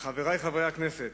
חברי חברי הכנסת,